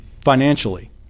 financially